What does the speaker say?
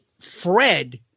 Fred